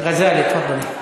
ע'זלה, תפאדלי.